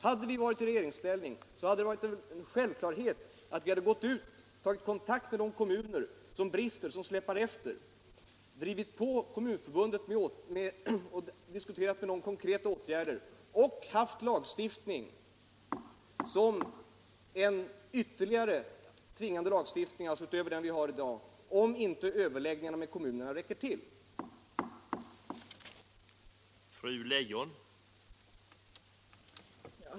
Om vi varit i regeringsställning hade det varit en självklarhet att vi tagit kontakt med de kommuner som släpar efter, drivit på Kommunförbundet och diskuterat konkreta åtgärder samt tvingande lagstiftning utöver den vi har i dag som en ytterligare möjlighet, om inte överläggningarna med kommunerna räcker till.